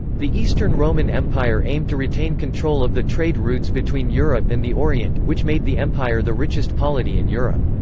the eastern roman empire aimed to retain control of the trade routes between europe and the orient, which made the empire the richest polity in europe.